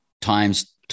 times